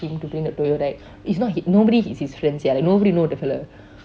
him to bring the toyol right is not he nobody it's his friend sia like nobody know the fellow